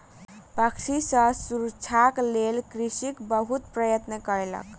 पक्षी सॅ सुरक्षाक लेल कृषक बहुत प्रयत्न कयलक